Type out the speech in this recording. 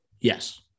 yes